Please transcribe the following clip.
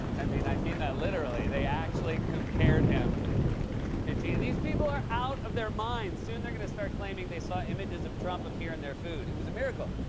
i mean i mean that literally, they actually compared him to to these people are out of their minds! soon, they're going to start claiming they saw images of trump appear in their food. it was a miracle.